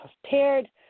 prepared